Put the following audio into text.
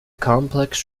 complex